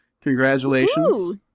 congratulations